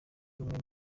rumwe